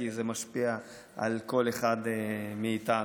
כי זה משפיע על כל אחד מאיתנו.